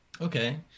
Okay